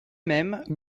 mêmes